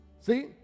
See